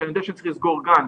כשאני יודע שצריך לסגור גן,